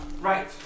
right